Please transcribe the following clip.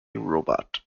robot